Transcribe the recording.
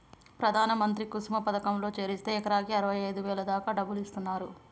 ప్రధాన మంత్రి కుసుమ పథకంలో చేరిస్తే ఎకరాకి అరవైఐదు వేల దాకా డబ్బులిస్తున్నరు